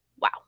Wow